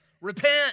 repent